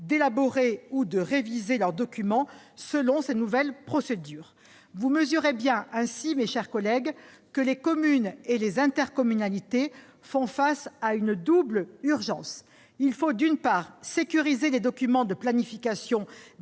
d'élaborer ou de réviser leurs documents selon ces nouvelles procédures. Vous mesurez bien, mes chers collègues, que les communes et intercommunalités font face à une double urgence : il faut, d'une part, sécuriser les documents de planification